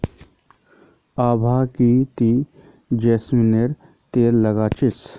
आभा की ती जैस्मिनेर तेल लगा छि